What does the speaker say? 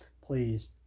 please